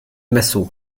massot